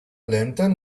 lantern